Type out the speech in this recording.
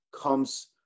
comes